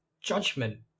judgment